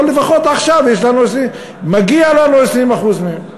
אבל עכשיו מגיע לנו לפחות 20% מהן.